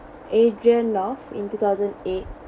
adrian north in two thousand eight